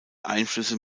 einflüsse